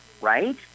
right